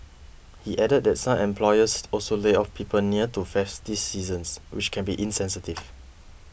he added that some employers also lay off people near to festive seasons which can be insensitive